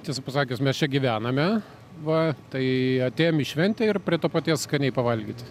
tiesą pasakius mes čia gyvename va tai atėjom į šventę ir prie to paties skaniai pavalgyti